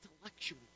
intellectual